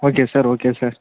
okay sir okay sir